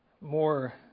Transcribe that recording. more